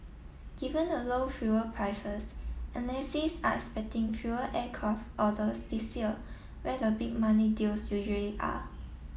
given the low fuel prices analysts are expecting fewer aircraft orders this year where the big money deals usually are